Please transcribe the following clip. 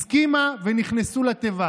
הסכימה, ונכנסו לתיבה.